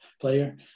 player